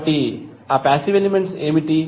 కాబట్టి ఆ passive elements ఏమిటి